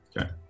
Okay